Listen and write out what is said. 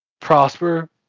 prosper